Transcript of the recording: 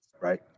right